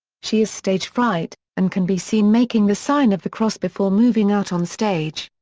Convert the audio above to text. she has stage fright, and can be seen making the sign of the cross before moving out on stage.